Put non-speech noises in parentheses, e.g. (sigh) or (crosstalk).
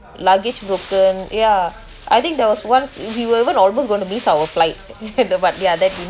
luggage broken ya I think there was once we were even almost going to miss our flight (laughs) the but ya that didn't